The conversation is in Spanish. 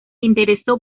interesó